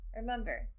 Remember